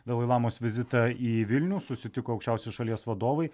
dalai lamos vizitą į vilnių susitiko aukščiausi šalies vadovai